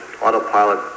autopilot